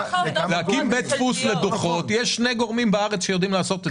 להקים בית דפוס לדוחות יש שני גורמים בארץ שיודעים לעשות את זה.